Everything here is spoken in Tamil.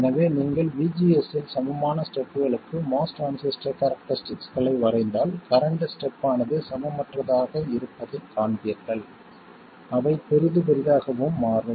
எனவே நீங்கள் VGS இல் சமமான ஸ்டெப்களுக்கு MOS டிரான்சிஸ்டர் கேரக்டரிஸ்டிக்ஸ்களை வரைந்தால் கரண்ட் ஸ்டெப் ஆனது சமமற்றதாக இருப்பதைக் காண்பீர்கள் அவை பெரிது பெரியதாகவும் மாறும்